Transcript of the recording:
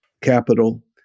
capital